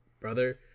brother